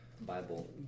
Bible